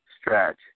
stretch